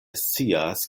scias